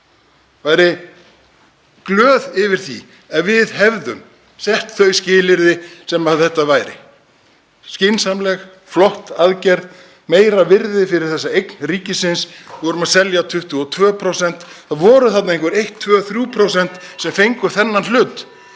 væri glöð yfir því ef við hefðum sett þau skilyrði þar sem þetta væri skynsamleg, flott aðgerð, meira virði fyrir þessa eign ríkisins. Við vorum að selja 22%, það voru þarna einhver 1, 2, 3% sem fengu þennan hlut